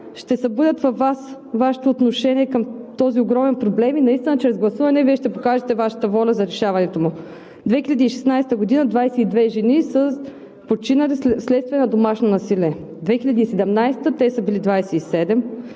ще събудят във Вас Вашето отношение към този огромен проблем и наистина чрез гласуване Вие ще покажете Вашата воля за решаването му. През 2016 г. – 22 жени са починали вследствие на домашно насилие; 2017 г. те са били 27;